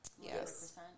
Yes